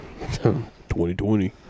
2020